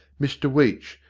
mr weech,